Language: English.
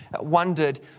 wondered